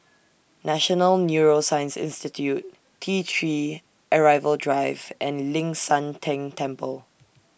National Neuroscience Institute T three Arrival Drive and Ling San Teng Temple